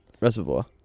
reservoir